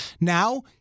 Now